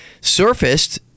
surfaced